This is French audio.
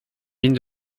mine